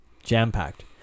jam-packed